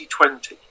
2020